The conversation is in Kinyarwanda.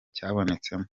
cyabonetsemo